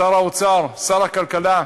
שר האוצר, שר הכלכלה,